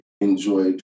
enjoy